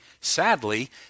Sadly